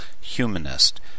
humanist